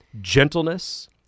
gentleness